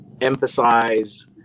emphasize